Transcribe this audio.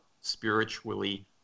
spiritually